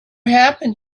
happened